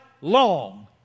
long